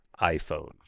iphone